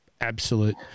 absolute